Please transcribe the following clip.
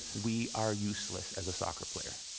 we are useless as a soccer player.